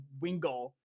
wingle